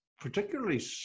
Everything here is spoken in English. particularly